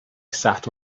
sat